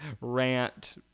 rant